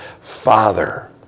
Father